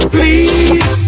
Please